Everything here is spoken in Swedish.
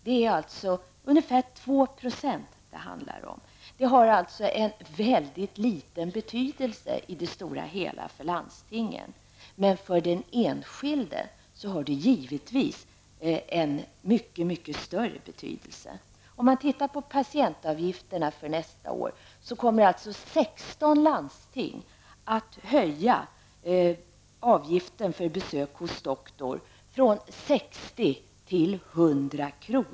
Det är alltså ungefär 2 % som det handlar om, och det har mycket liten betydelse i det stora hela för landstingen. Men för den enskilde har det mycket större betydelse. När det gäller patientavgifterna kommer 16 landsting att höja avgiften för besök hos doktor från 60 till 100 kr.